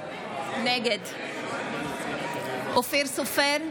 נגד אופיר סופר,